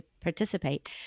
participate